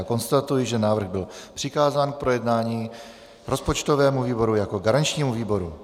Konstatuji, že návrh byl přikázán k projednání rozpočtovému výboru jako garančnímu výboru.